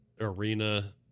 arena